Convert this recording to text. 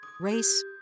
race